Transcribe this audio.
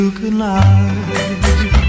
goodnight